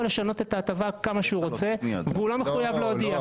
לשנות את ההטבה כמה שהוא רוצה והוא לא מחויב להודיע.